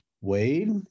Wade